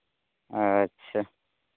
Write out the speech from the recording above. ᱟᱪᱪᱷᱟ